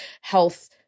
health